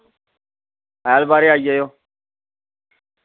ऐतबारें आई जाएओ